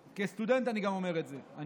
ואני אומר את זה כסטודנט.